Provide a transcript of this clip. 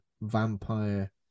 vampire